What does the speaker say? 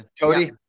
Cody